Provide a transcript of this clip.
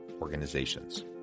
Organizations